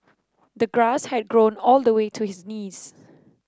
the grass had grown all the way to his knees